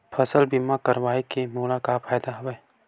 फसल बीमा करवाय के मोला का फ़ायदा हवय?